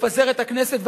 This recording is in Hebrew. לפזר את הכנסת.